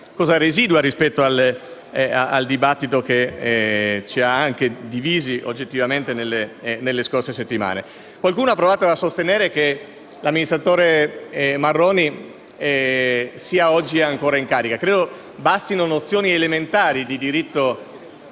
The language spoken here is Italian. cosa residua rispetto al dibattito che, oggettivamente, ci ha anche divisi nelle scorse settimane. Qualcuno ha provato a sostenere che l'amministratore Marroni sia oggi ancora in carica: credo bastino nozioni elementari di diritto